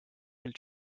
küll